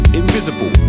invisible